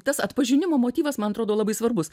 tas atpažinimo motyvas man atrodo labai svarbus